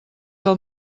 del